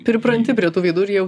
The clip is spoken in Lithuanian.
pripranti prie tų veidų ir jau